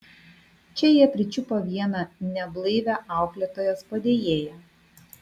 čia jie pričiupo vieną neblaivią auklėtojos padėjėją